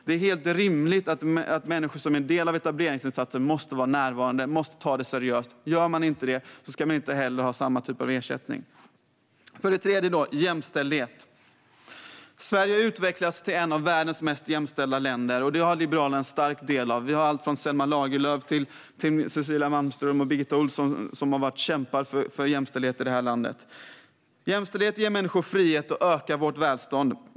Det är helt rimligt att människor som är en del av etableringsinsatser är närvarande. De måste ta detta seriöst. Om de inte gör det ska de inte heller ha samma typ av ersättning. För det tredje gäller det jämställdhet. Sverige har utvecklats till ett av världens mest jämställda länder. Detta har Liberalerna en stark del i. Vi har alltifrån Selma Lagerlöf till Cecilia Malmström och Birgitta Ohlsson, som har varit kämpar för jämställdhet i det här landet. Jämställdhet ger människor frihet och ökar vårt välstånd.